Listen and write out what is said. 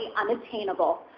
unattainable